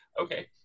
Okay